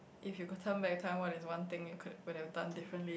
if you could turn back time what is one thing you could would have done differently